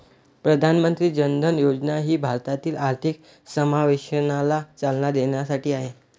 प्रधानमंत्री जन धन योजना ही भारतातील आर्थिक समावेशनाला चालना देण्यासाठी आहे